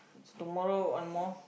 is tomorrow one more